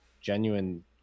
genuine